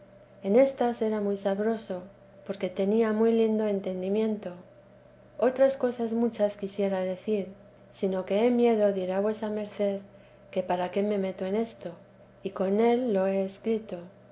en éstas era muy sabroso porque tenía muy lindo entendimiento otras cosas muchas quisiera decir sino que he miedo dirá vuesa merced que para qué me meto en esto y con él lo he escrito